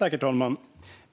Herr talman!